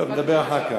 טוב, נדבר אחר כך.